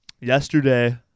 yesterday